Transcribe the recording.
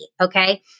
okay